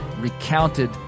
recounted